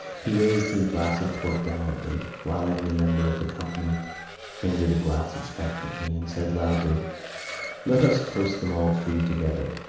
he raised his glass of port gallantly, while every member of the company fingered a glass expectantly, and said loudly let us toast them all three together.